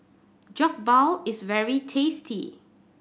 jokbal is very tasty